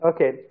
Okay